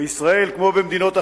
בישראל, כמו במדינות אחרות,